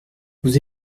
vous